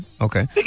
okay